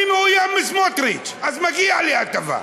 אני מאוים מסמוטריץ, אז מגיעה לי הטבה.